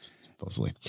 Supposedly